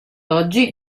oggi